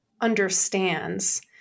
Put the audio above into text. understands